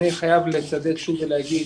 אני חייב לחדד שוב ולהגיד